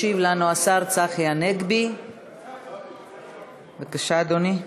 ישיב לנו השר צחי הנגבי, בבקשה, אדוני.